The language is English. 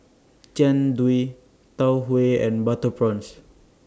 Jian Dui Tau Huay and Butter Prawns